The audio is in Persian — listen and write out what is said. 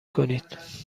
کنید